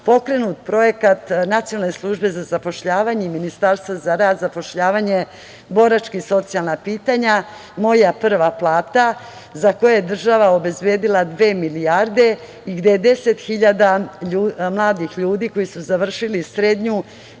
pokrenut projekat Nacionalne službe za zapošljavanje i Ministarstva za rad, zapošljavanje, boračka i socijalna pitanja „Moja prva plata“, za koji je država obezbedila dve milijarde i gde je deset hiljada mladih ljudi koji su završili srednju